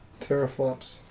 teraflops